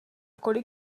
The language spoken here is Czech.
kolik